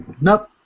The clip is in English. Nope